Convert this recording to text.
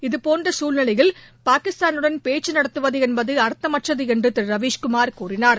இதபோன்ற சூழ்நிலையில் பாகிஸ்தூனுடன் பேச்சு நடத்துவது என்பது அர்த்தமற்றது என்று திரு ரவிஸ்குமார் கூறினார்